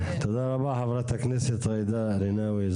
תודה רבה חברת הכנסת ג'ידא רינאוי זועבי.